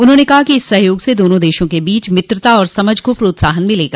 उन्होंने कहा कि इस सहयोग से दोनों देशों के बीच मित्रता और समझ को प्रोत्साहन मिलेगा